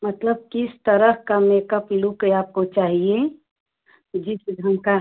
मतलब किस तरह का मेकअप लुक आपको चाहिए जिस ढंग का